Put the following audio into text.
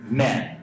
men